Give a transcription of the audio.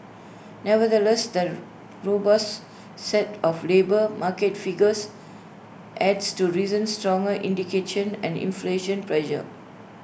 nevertheless the robust set of labour market figures adds to recent stronger and inflation pressure